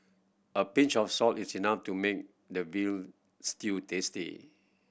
a pinch of salt is enough to make the veal stew tasty